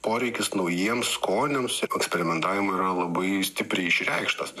poreikis naujiems skoniams ir eksperimentavimui yra labai stipriai išreikštas